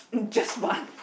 just one